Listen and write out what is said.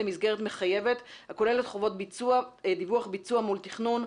למסגרת מחייבת הכוללת דיווח ביצוע מול תכנון,